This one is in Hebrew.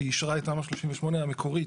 כשאישרה את תמ"א 38 המקורית,